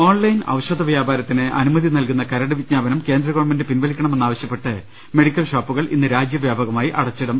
online ഔഷധ വ്യാപാരത്തിന് അനുമതി നൽകുന്ന കരട് വിജ്ഞാപനം കേന്ദ്ര ഗവൺമെന്റ് പിൻവലിക്കണമെന്നാവശ്യപ്പെട്ട് മെഡിക്കൽ ഷോപ്പുകൾ ഇന്ന് രാജ്യവ്യാപകമായി അടച്ചിടും